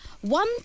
one